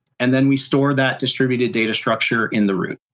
and then we store that distributed data structure in the root.